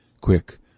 quick